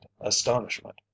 astonishment